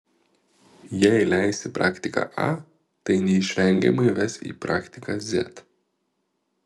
jei leisi praktiką a tai neišvengiamai ves į praktiką z